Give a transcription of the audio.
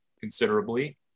considerably